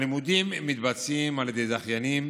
הלימודים מתבצעים על ידי זכיינים